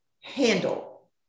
handle